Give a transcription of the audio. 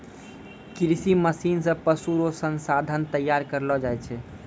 कृषि मशीन से पशु रो संसाधन तैयार करलो जाय छै